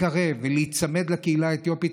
לקרב ולהיצמד לקהילה האתיופית,